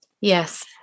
Yes